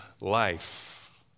life